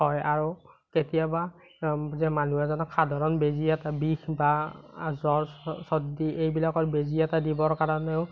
হয় আৰু কেতিয়াবা যে মানুহ এজনক সাধাৰণ বেজি এটা বিষ বা জ্বৰ চৰ্দি এইবিলাকৰ বেজি এটা দিবৰ কাৰণেও